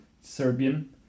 Serbian